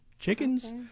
Chickens